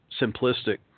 simplistic